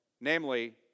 namely